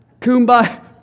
Kumbaya